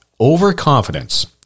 Overconfidence